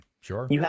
Sure